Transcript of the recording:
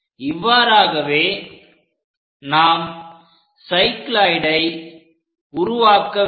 இவ்வாறாகவே நாம் சைக்ளோயிடை உருவாக்க வேண்டும்